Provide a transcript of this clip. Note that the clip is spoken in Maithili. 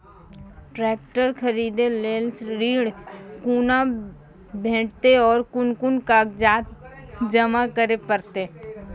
ट्रैक्टर खरीदै लेल ऋण कुना भेंटते और कुन कुन कागजात जमा करै परतै?